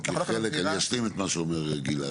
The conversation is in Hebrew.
אני אשלים את מה שאומר גלעד.